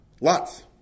Lots